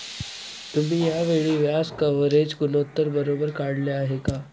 तुम्ही या वेळी व्याज कव्हरेज गुणोत्तर बरोबर काढले आहे का?